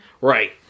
right